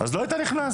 אז לא הייתי מכניס.